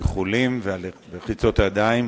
האיחולים ולחיצות הידיים,